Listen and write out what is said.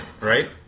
right